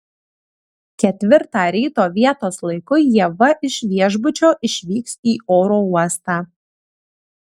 ketvirtą ryto vietos laiku ieva iš viešbučio išvyks į oro uostą